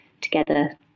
together